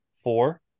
four